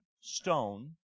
Stone